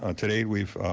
ah today, we've